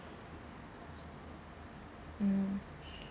mm